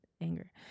anger